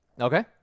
Okay